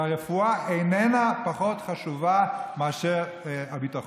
והרפואה איננה פחות חשובה מהביטחון.